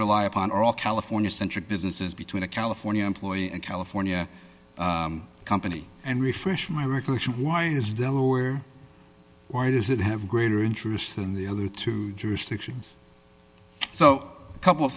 rely upon or all california centric businesses between a california employee and california company and refresh my recollection why is delaware why does it have greater interest than the other two jurisdictions so a couple of